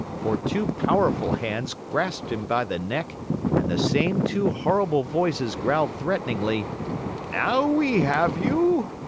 for two powerful hands grasped him by the neck and the same two horrible voices growled threateningly now we have you!